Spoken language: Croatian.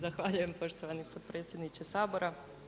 Zahvaljujem poštovani potpredsjedniče Sabora.